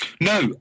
No